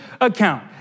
account